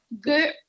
good